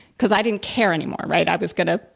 because i didn't care anymore, right? i was gonna,